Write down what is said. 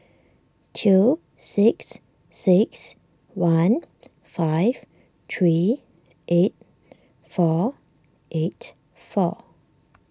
two six six one five three eight four eight four